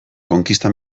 konkista